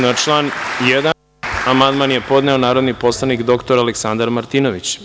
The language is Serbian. Na član 1. amandman je podneo narodni poslanik dr Aleksandar Martinović.